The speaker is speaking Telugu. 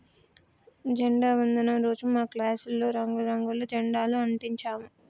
జెండా వందనం రోజు మా క్లాసులో రంగు రంగుల జెండాలు అంటించాము